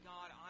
God